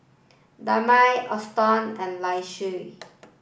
Damari Alston and Laisha